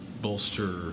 bolster